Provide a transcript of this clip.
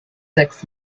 six